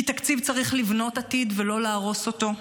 כי תקציב צריך לבנות עתיד, ולא להרוס אותו.